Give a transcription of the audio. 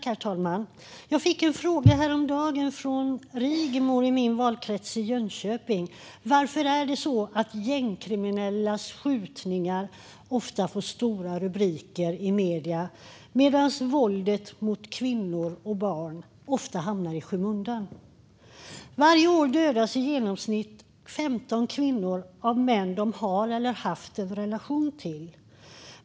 Herr talman! Jag fick en fråga häromdagen från Rigmor i min valkrets Jönköping: Varför är det så att gängkriminellas skjutningar ofta får stora rubriker i medier medan våldet mot kvinnor och barn ofta hamnar i skymundan? Varje år dödas i genomsnitt 15 kvinnor av män de har eller har haft en relation till.